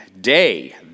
day